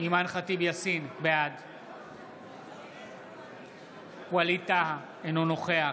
אימאן ח'טיב יאסין, בעד ווליד טאהא, אינו נוכח